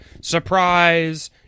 surprise